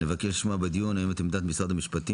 נבקש לשמוע בדיון היום את עמדת משרד המשפטים